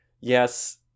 yes